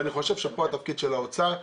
אני חושב שפה התפקיד של האוצר הוא